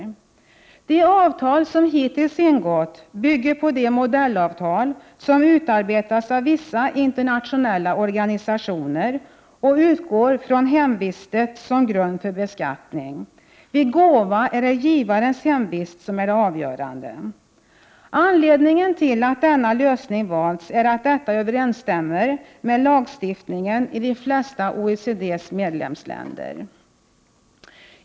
EINES IR De avtal som hittills ingåtts bygger på de modellavtal som utarbetats av forellaomjatbiing m.m. vissa internationella organisationer och utgår från hemvistet som grund för beskattning. Vid gåva är det givarens hemvist som är det avgörande. Anledningen till att denna lösning valts är att detta överensstämmer med lagstiftningen i de flesta av OECD:s medlemsländer.